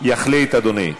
יחליט אדוני,